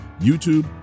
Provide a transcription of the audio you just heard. YouTube